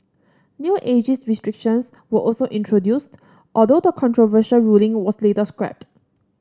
new ageist restrictions were also introduced although the controversial ruling was later scrapped